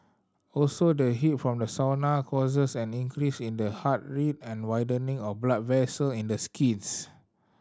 also the heat from the sauna causes an increase in the heart rate and widening of blood vessel in the skins